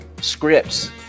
scripts